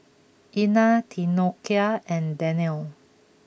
Ina Theodocia and Danelle